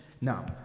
Now